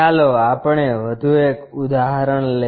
ચાલો આપણે વધુ એક ઉદાહરણ લઈએ